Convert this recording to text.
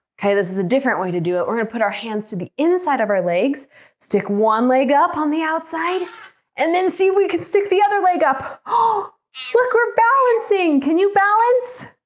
okay, this is a different way to do it we're gonna put our hands to the inside of our legs stick one leg up on the outside and then see we could stick the other leg up. oh look, we're balancing. can you balance?